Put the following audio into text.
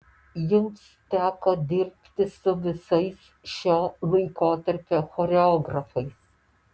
jums teko dirbti su visais šio laikotarpio choreografais